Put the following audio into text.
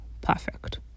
perfect